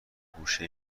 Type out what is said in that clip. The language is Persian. گوشه